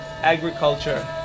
agriculture